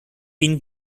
been